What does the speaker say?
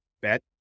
bet